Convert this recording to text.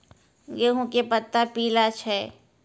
गेहूँ के पत्ता पीला छै?